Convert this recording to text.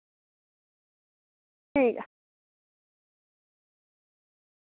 ठीक ऐ